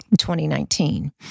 2019